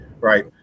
right